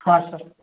હા સર